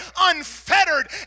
unfettered